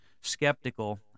skeptical